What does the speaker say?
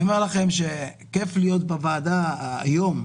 כיף להיות בוועדה היום,